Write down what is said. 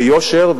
ביושר,